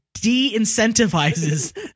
de-incentivizes